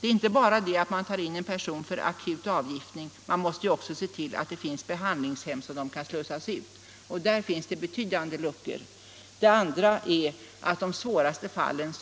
Det går inte att bara ta in missbrukare för akut avgiftning; man måste också se till att det finns behandlingshem som de kan slussas ut till. Där finns det betydande luckor. För det andra struntar man i dag i de svåraste fallen,